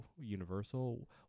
Universal